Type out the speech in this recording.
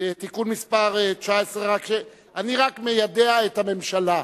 (תיקון מס' 19). אני רק מיידע את הממשלה.